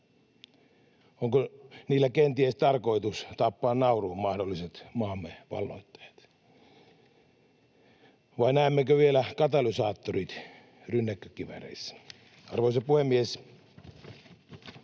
Onko niillä kenties tarkoitus tappaa nauruun mahdolliset maamme valloittajat? Vai näemmekö vielä katalysaattorit rynnäkkökivääreissä? Arvoisa puhemies!